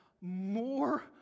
more